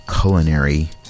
culinary